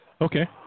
Okay